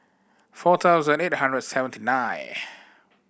four thousand eight hundred seventy nineth